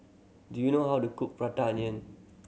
do you know how to cook Prata Onion